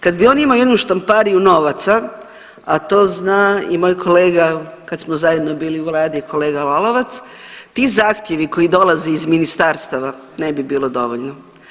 Kad bi on imao jednu štampariju novaca, a to zna i moj kolega kad smo zajedno bili u vladi, kolega Lalovac, ti zahtjevi koji dolaze iz ministarstava ne bi bilo dovoljno.